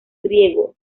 griego